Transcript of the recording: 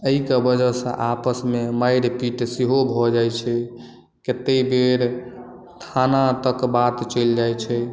एहिके वजह से आपस मे मारि पीट सेहो भऽ जाइ छै कते बेर थाना तक बात चलि जाइ छै